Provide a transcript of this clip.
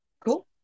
cool